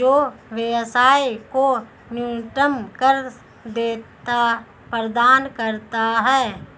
जो व्यवसाय को न्यूनतम कर देयता प्रदान करता है